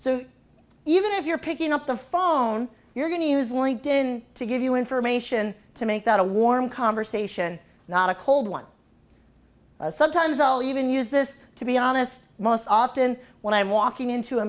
so even if you're picking up the phone you're going to use linked in to give you information to make that a warm conversation not a cold one sometimes i'll even use this to be honest most often when i'm walking into a